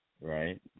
Right